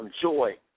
joy